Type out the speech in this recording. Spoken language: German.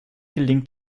gelingt